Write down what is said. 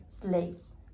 slaves